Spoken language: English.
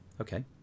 okay